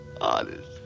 Honest